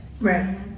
right